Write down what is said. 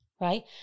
right